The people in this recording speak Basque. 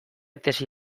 tesi